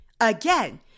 again